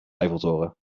eiffeltoren